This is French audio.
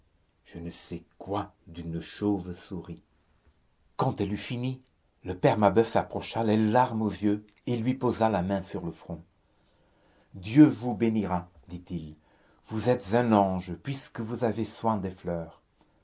je ne sais quoi d'une chauve-souris quand elle eut fini le père mabeuf s'approcha les larmes aux yeux et lui posa la main sur le front dieu vous bénira dit-il vous êtes un ange puisque vous avez soin des fleurs